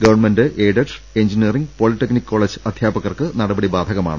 government aided engineering polytechnic college അധ്യാപകർക്ക് നടപടി ബാധകമാണ്